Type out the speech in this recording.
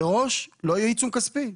מראש לא יהיה עיצום כספי.